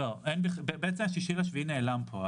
--- ה-6 ל-7 נעלם פה.